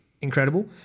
incredible